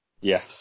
Yes